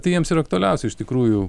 tai jiems ir aktualiausia iš tikrųjų